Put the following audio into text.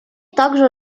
также